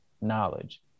knowledge